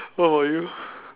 what about you